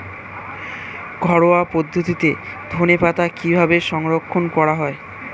ঘরোয়া পদ্ধতিতে ধনেপাতা কিভাবে সংরক্ষণ করা হয়?